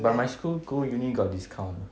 but my school go uni got discount